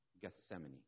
Gethsemane